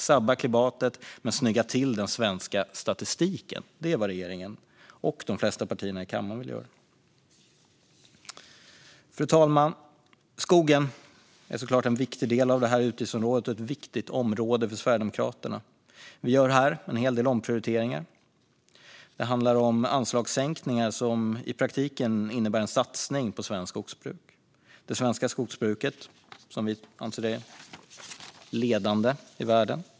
Sabbar klimatet men snyggar till den svenska statistiken är vad regeringen och de flesta partierna i kammaren gör. Fru talman! Skogen är såklart en viktig del av det här utgiftsområdet och ett viktigt område för Sverigedemokraterna. Vi gör här en hel del omprioriteringar. Det handlar om anslagssänkningar som i praktiken innebär en satsning på svenskt skogsbruk. Vi anser att det svenska skogsbruket är ledande i världen.